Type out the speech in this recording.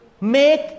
make